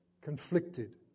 conflicted